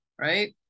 right